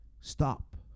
Stop